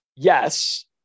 Yes